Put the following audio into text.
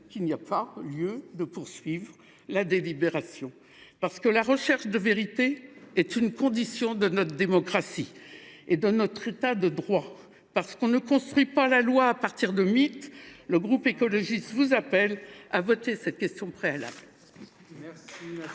qu’il n’y a pas lieu de poursuivre la délibération. Parce que la recherche de vérité est une condition de notre démocratie et de notre État de droit, parce qu’on ne construit pas la loi à partir de mythes, le groupe écologiste vous appelle à voter cette question préalable.